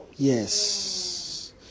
Yes